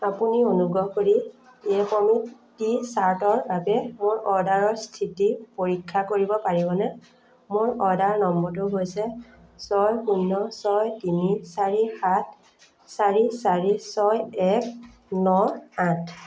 আপুনি অনুগ্ৰহ কৰি য়েপমিত টি শ্বাৰ্টৰ বাবে মোৰ অৰ্ডাৰৰ স্থিতি পৰীক্ষা কৰিব পাৰিবনে মোৰ অৰ্ডাৰ নম্বৰটো হৈছে ছয় শূন্য ছয় তিনি চাৰি সাত চাৰি চাৰি ছয় এক ন আঠ